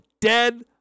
dead